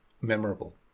memorable